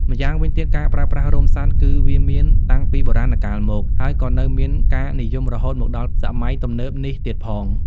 ម្យ៉ាងវិញទៀត ការប្រើប្រាស់រោមសត្វ គឺវាមានតាំងពីបុរាណកាលមក ហើយក៏នៅមានការនិយមរហូតមកដល់សម័យទំនើបនេះទៀតផង។